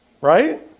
Right